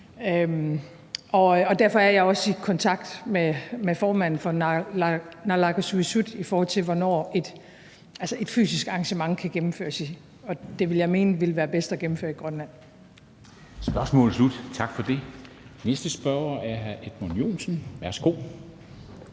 Derfor er jeg også i kontakt med formanden for naalakkersuisut, i forhold til hvornår et fysisk arrangement kan gennemføres, og